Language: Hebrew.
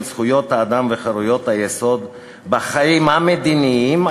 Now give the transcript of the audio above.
של זכויות האדם וחירויות היסוד בחיים המדיינים,